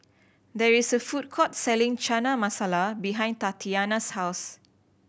there is a food court selling Chana Masala behind Tatianna's house